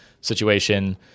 situation